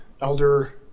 Elder